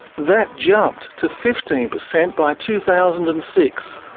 that jumped to fifteen percent by two thousand and six.